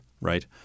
right